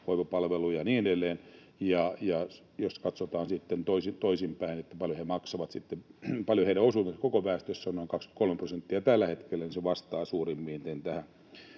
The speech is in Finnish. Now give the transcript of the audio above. hoivapalveluja ja niin edelleen, ja jos katsotaan sitten toisinpäin, paljonko heidän osuutensa koko väestöstä on — se on noin 23 prosenttia tällä hetkellä — niin se vastaa suurin piirtein